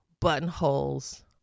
buttonholes